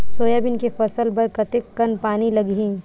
Soybean के फसल बर कतेक कन पानी लगही?